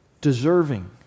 deserving